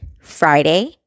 Friday